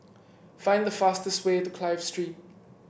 find the fastest way to Clive Street